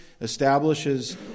establishes